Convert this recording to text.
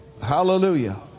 hallelujah